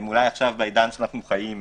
אולי עכשיו בעידן של הזום,